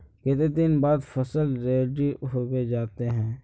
केते दिन बाद फसल रेडी होबे जयते है?